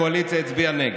הקואליציה הצביעה נגד.